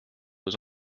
was